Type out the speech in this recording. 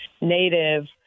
native